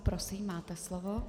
Prosím, máte slovo.